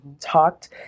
talked